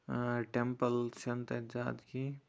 temple چھِنہٕ تَتہِ زیادٕ کیٚنہہ